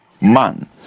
man